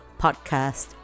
podcast